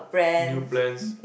new plans